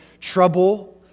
trouble